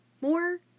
More